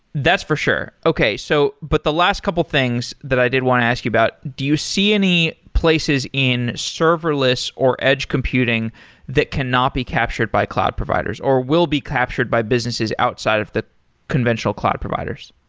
that's for sure. okay. so but the last couple things that i did want to ask you about, do you see any places in serverless or edge computing that cannot be captured by cloud providers, or will be captured by businesses outside of the conventional cloud providers?